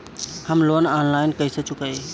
हम loan online कइसे चुकाई?